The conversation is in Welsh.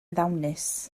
ddawnus